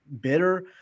bitter –